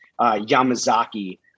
Yamazaki